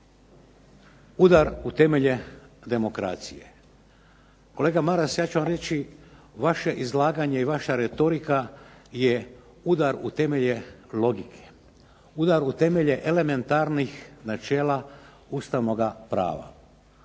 udar u temelje demokracije. Kolega Maras ja ću vam reći vaše izlaganje, vaša retorika je udar u temelje logike, udar u temelje elementarnih načela Ustavnog prava.